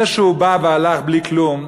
זה שהוא בא והלך בלי כלום,